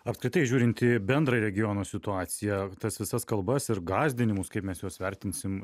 apskritai žiūrint į bendrą regiono situaciją tas visas kalbas ir gąsdinimus kaip mes juos vertinsim